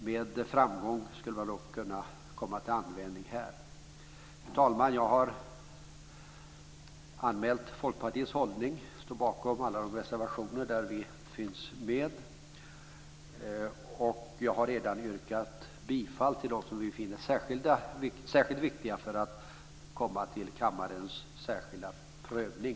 Med framgång skulle den kunna komma till användning även här. Fru talman! Jag har anmält Folkpartiets hållning och står bakom alla reservationer där Folkpartiet finns med. Jag har redan yrkat bifall till de reservationer för vilka vi finner att det är särskilt viktigt med kammarens särskilda prövning.